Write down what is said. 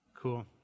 Cool